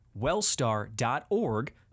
wellstar.org